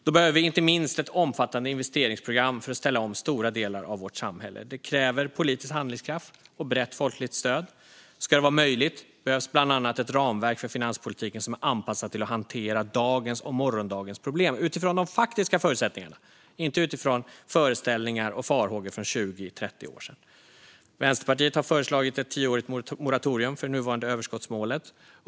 Då behöver vi inte minst ett omfattande investeringsprogram för att ställa om stora delar av vårt samhälle. Det kräver politisk handlingskraft och brett folkligt stöd. Om det ska vara möjligt behövs bland annat ett ramverk för finanspolitiken som är anpassat till att hantera dagens och morgondagens problem utifrån de faktiska förutsättningarna - inte utifrån föreställningar och farhågor från 20, 25 och 30 år sedan. Vänsterpartiet har föreslagit ett tioårigt moratorium för det nuvarande överskottsmålet.